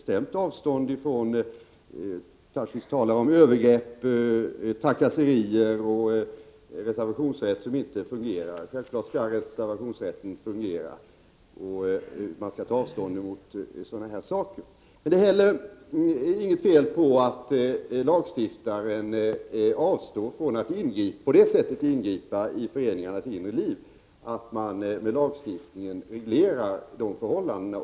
Självfallet, Daniel Tarschys, tar såväl jag som arbetarrörelsen och regeringen bestämt avstånd från sådant. Självfallet skall reservationsrätten fungera, och självfallet skall man ta avstånd från sådana företeelser som Tarschys nämnde. Men det är inte heller något fel på att lagstiftaren avstår från att på det sättet ingripa i föreningarnas inre liv att man i lagstiftningen reglerar arbetsförhållandena.